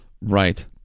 right